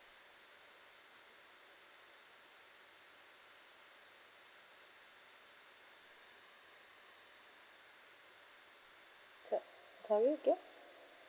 s~ sorry again